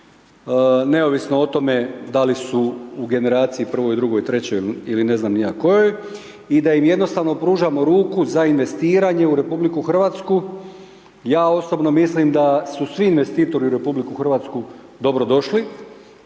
neovisno o tome da li su u generaciji 1., 2., 3. ili ne znam ni ja kojoj i da im jednostavno pružamo ruku za investiranje u RH. Ja osobno mislim da su svi investitori u RH dobro došli.